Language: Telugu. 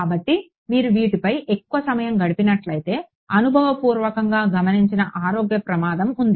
కాబట్టి మీరు వీటిపై ఎక్కువ సమయం గడిపినట్లయితే అనుభవపూర్వకంగా గమనించిన ఆరోగ్య ప్రమాదం ఉంది